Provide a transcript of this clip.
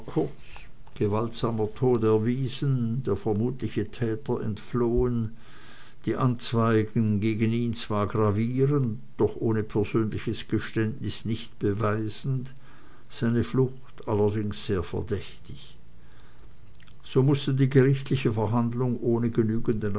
gewaltsamer tod erwiesen der vermutliche täter entflohen die anzeigen gegen ihn zwar gravierend doch ohne persönliches geständnis nicht beweisend seine flucht allerdings sehr verdächtig so mußte die gerichtliche verhandlung ohne genügenden